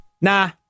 Nah